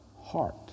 heart